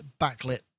backlit